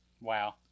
Wow